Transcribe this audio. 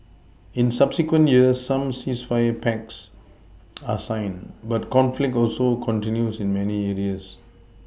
in subsequent years some ceasefire pacts are signed but conflict also continues in many areas